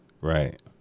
right